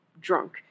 drunk